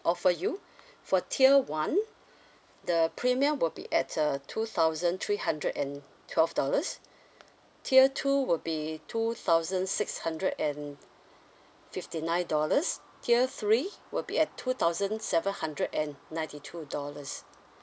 offer you for tier one the premium will be at a two thousand three hundred and twelve dollars tier two will be two thousand six hundred and fifty nine dollars tier three will be at two thousand seven hundred and ninety two dollars